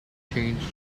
changed